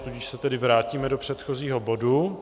Tudíž se tedy vrátíme do předchozího bodu.